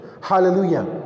hallelujah